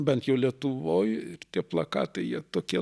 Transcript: bent jau lietuvoj tie plakatai jie tokie